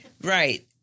Right